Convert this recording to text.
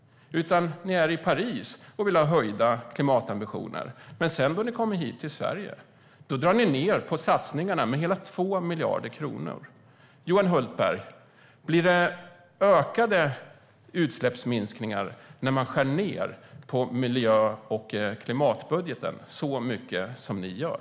Ni är i Paris och vill ha höjda klimatambitioner, men när ni kommer hem till Sverige drar ni ned på satsningarna med hela 2 miljarder kronor. Johan Hultberg, blir utsläppsminskningarna större när man skär ned på miljö och klimatbudgeten så mycket som ni gör?